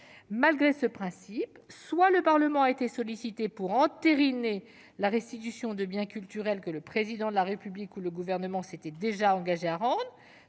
Malgré ce principe, soit le Parlement a été sollicité pour entériner la restitution de biens culturels que le Président de la République ou le Gouvernement s'était déjà engagé à rendre-